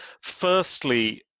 Firstly